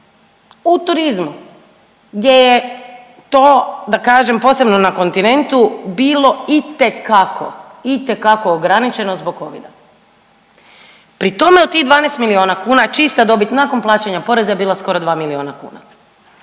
u turizmu gdje je to da kažem posebno na kontinentu bilo itekako, itekako ograničeno zbog covida. Pri tome od tih 12 milijuna kuna čista dobit nakon plaćanja poreza je bila skoro 2 milijuna kuna.